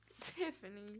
Tiffany